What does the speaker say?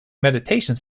meditation